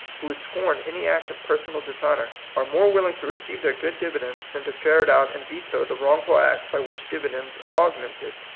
who would scorn any act of personal dishonor, are more willing to receive their good dividends than to ferret out and veto the wrongful acts by which dividends are augmented.